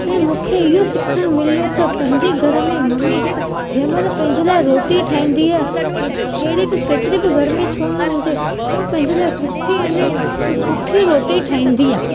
मूंखे इहो सिखणु मिलियो त पंहिंजें घर में मम्मी जंहिं महिल पंहिंजे लाइ रोटी ठाहींदी आहे कि कहिड़ी बि केतिरी बि गर्मी छो न हुजे हू पंहिंजे लाइ सुठी अने सुठी रोटी ठाहींदी आहे